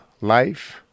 life